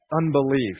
unbelief